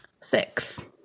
Six